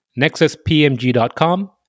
NexusPMG.com